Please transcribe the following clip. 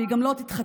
והיא גם לא תתחתן,